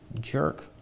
jerk